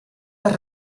per